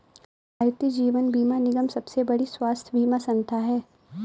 भारतीय जीवन बीमा निगम सबसे बड़ी स्वास्थ्य बीमा संथा है